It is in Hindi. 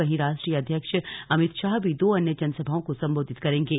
वहीं राष्ट्रीय अध्यक्ष अमित शाह भी दो अन्य जनसभाओं को संबोधित करेंगे